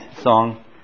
song